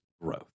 growth